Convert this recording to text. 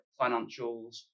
financials